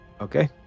Okay